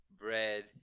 bread